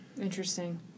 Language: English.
Interesting